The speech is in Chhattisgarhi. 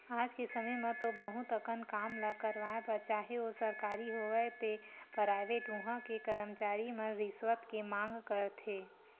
आज के समे म तो बहुत अकन काम ल करवाय बर चाहे ओ सरकारी होवय ते पराइवेट उहां के करमचारी मन रिस्वत के मांग करथे